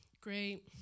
great